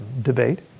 debate